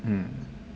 mm